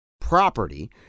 property